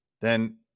then-